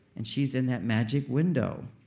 and she's in that magic window,